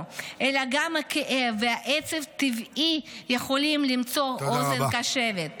אלא גם כאב ועצב טבעי יכולים למצוא בו אוזן קשבת.